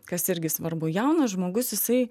kas irgi svarbu jaunas žmogus jisai